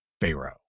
Pharaoh